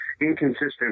inconsistent